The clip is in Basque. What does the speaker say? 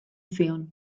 zion